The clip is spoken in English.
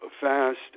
Fast